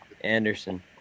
Anderson